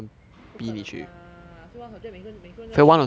不可能啦 fail one subject 每个人每个人都要去 liao lor